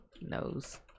Nose